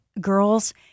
girls